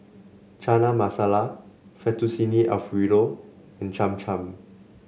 Chana Masala Fettuccine Alfredo and Cham Cham